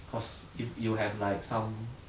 cause if you have like some